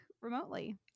remotely